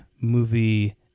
movie